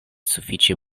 sufiĉe